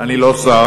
אני לא שר,